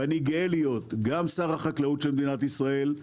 ואני גאה להיות גם שר החקלאות של מדינת ישראל,